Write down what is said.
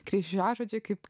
kryžiažodžiai kaip